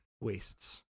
Wastes